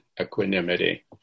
equanimity